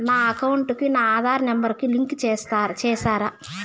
నా అకౌంట్ కు నా ఆధార్ నెంబర్ ను లింకు చేసారా